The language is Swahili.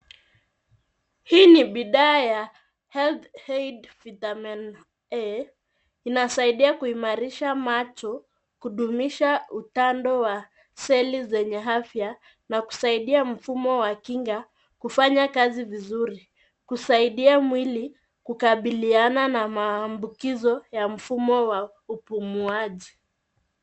Hii ni bidhaa ya Health Aid Vitamin A inasaidia kuimarisha macho kudumisha utando wa seli zenye afya na kusaidia mfumo wa kinga kufanya kazi vizuri, kusaidia mwili kukabiliana na maambukizo ya mfumo wa upumuaji.